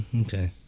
Okay